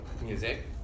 Music